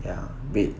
ya wait